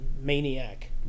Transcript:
maniac